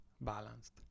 balanced